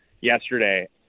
yesterday